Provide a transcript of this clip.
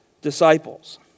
disciples